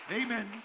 Amen